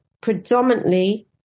predominantly